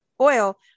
oil